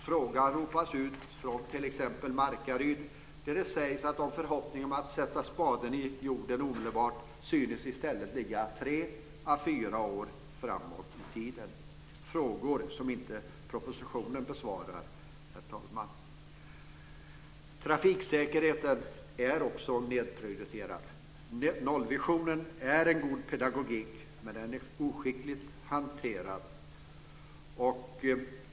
Frågan ropas ut från t.ex. Markaryd, där det sägs att förhoppningarna om att spaden omedelbart sätts i jorden synes ligga tre fyra år framåt i tiden. Detta är frågor som propositionen inte besvarar, herr talman. Trafiksäkerheten är också nedprioriterad. Nollvisionen är en god pedagogik, men den är oskickligt hanterad.